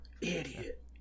Idiot